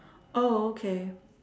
oh okay